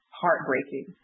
heartbreaking